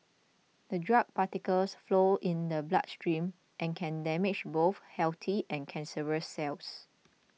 the drug particles flow in the bloodstream and can damage both healthy and cancerous cells